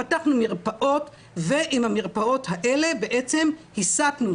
פתחנו מרפאות ועם המרפאות האלה בעצם הסטנו,